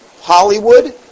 Hollywood